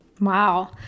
Wow